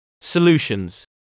Solutions